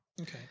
Okay